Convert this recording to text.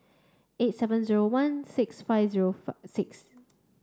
eight seven zero one six five zero six